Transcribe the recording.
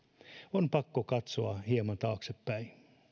on pakko katsoa hieman taaksepäin